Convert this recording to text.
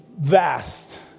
vast